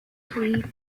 plea